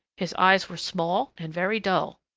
his eyes were small and very dull.